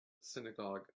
synagogue